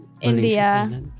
India